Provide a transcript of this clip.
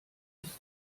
ist